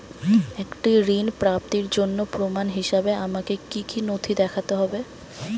একটি ঋণ প্রাপ্তির জন্য প্রমাণ হিসাবে আমাকে কী কী নথি দেখাতে হবে?